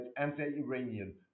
anti-iranian